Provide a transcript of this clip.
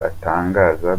atangaza